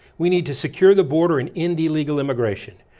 we need to secure the border and ends illegal immigration.